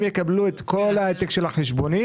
הם יקבלו כל העתק של החשבונית